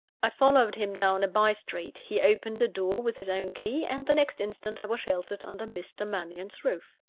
i followed him down a bye street he opened a door with his own key and the next instant i was sheltered under mr. mannion's roof.